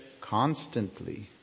Constantly